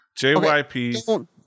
JYP